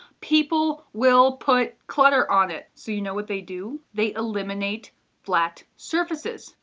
people will put clutter on it. so you know what they do? they eliminate flat surfaces.